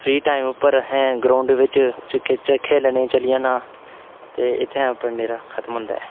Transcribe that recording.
free time पर असें ground बिच खेढने गी चली जाना ते इत्थै मेरा अपना खत्म होंदा ऐ